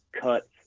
cuts